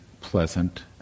pleasant